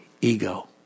ego